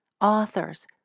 authors